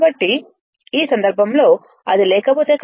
కాబట్టి ఈ సందర్భంలో అది లేకపోతే